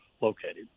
located